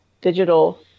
digital